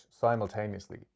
simultaneously